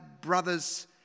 brothers